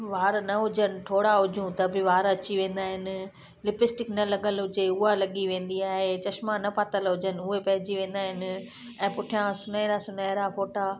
वार न हुजनि ठोड़ा हुजूं त बि वार अची वेंदा आहिनि लिपिस्टिक न लॻल हुजे उहा लॻी वेंदी आहे चश्मा न पातल हुजनि उहे पइजी वेंदा आहिनि ऐं पुठियां सुनहरा सुनहरा फ़ोटा